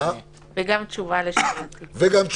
וגם תשובה לשאלתי.